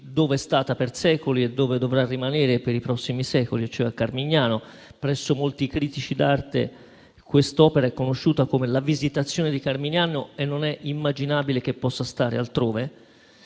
dove è stata per secoli e dove dovrà rimanere per i secoli a venire, ossia a Carmignano. Presso molti critici d'arte quest'opera è conosciuta come la Visitazione di Carmignano e non è immaginabile che possa stare altrove.